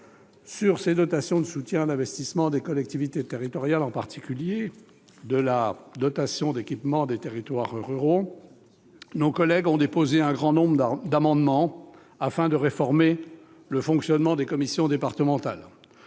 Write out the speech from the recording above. Sur ces dotations de soutien à l'investissement des collectivités territoriales, en particulier de la dotation d'équipement des territoires ruraux, la DETR, nos collègues ont déposé un grand nombre d'amendements afin de réformer le fonctionnement des commissions départementales.